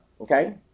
okay